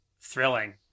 Thrilling